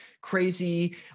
crazy